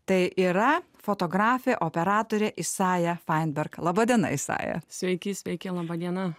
tai yra fotografė operatorė isaja fainberg laba diena isaja sveiki sveiki laba diena